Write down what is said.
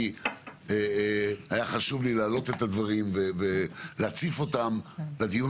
כי היה חשוב לי להעלות את הדברים ולהציף אותם לדיון